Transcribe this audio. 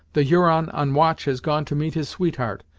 the huron on watch has gone to meet his sweetheart,